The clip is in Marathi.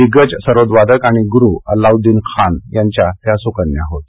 दिग्गज सरोदवादक आणि गुरु अल्लाउद्दीन खान यांच्या त्या सुकन्या होत